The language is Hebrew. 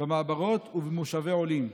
במעברות ובמושבי עולים.